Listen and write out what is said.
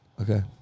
Okay